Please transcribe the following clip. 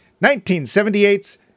1978's